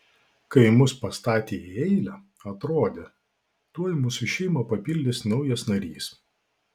kai mus pastatė į eilę atrodė tuoj mūsų šeimą papildys naujas narys